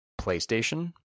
PlayStation